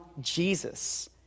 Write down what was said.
Jesus